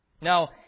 Now